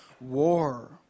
war